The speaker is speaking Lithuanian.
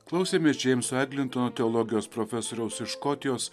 klausėmės džeimso eglintono teologijos profesoriaus iš škotijos